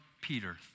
Peter